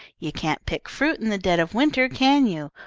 you can't pick fruit in the dead of winter, can you?